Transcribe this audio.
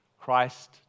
Christ